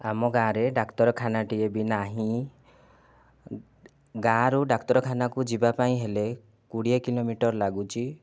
ଆମ ଗାଁରେ ଡାକ୍ତରଖାନାଟିଏ ବି ନାହିଁ ଗାଁରୁ ଡାକ୍ତରଖାନାକୁ ଯିବାପାଇଁ ହେଲେ କୋଡ଼ିଏ କିଲୋମିଟର ଲାଗୁଛି